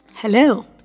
Hello